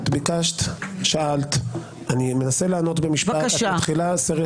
את שאלת ואני מנסה לענות במשפט ואז מתחילה סריה